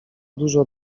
dużo